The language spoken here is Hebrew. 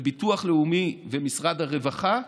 ביטוח לאומי ומשרד הרווחה,